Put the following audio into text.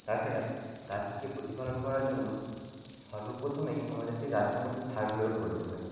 তাছাড়া গাছটিকে প্রতিপালন করার জন্য সর্বপ্রথমেই আমাদেরকে গাছের মধ্যে সার প্রয়োগ করতে হয়